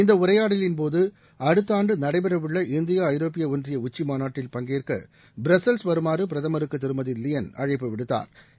இந்த உரையாடலின்போது அடுத்த ஆண்டு நடைபெற உள்ள இந்தியா ஐரோப்பிய ஒன்றிய உச்சிமாநாட்டில் பங்கேற்க பிரசல்ஸ் வருமாறு பிரதமருக்கு திருமதி லியள் அழைப்பு விடுத்தாா்